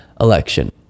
election